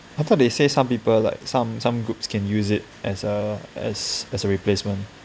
I thought they say some people like some some groups can use it as a as a replacement